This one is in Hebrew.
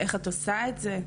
איך את עושה את זה.